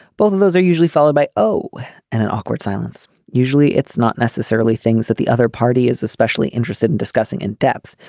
both of those are usually followed by oh and an awkward silence. usually it's not necessarily things that the other party is especially interested in discussing in depth.